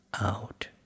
out